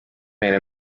meile